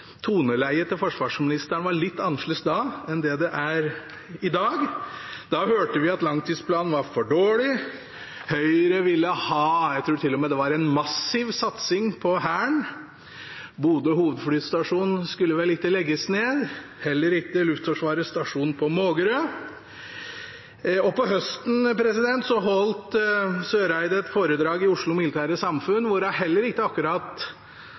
toneleiet til forsvarsministeren var litt annerledes da enn det det er i dag. Da hørte vi at langtidsplanen var for dårlig, Høyre ville ha en massiv, tror jeg til og med det var, satsing på Hæren, Bodø hovedflystasjon skulle vel ikke legges ned, heller ikke Luftforsvarets stasjon på Mågerø, og på høsten holdt Eriksen Søreide et foredrag i Oslo Militære Samfund, hvor hun heller ikke akkurat